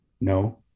No